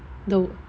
those